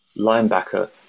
Linebacker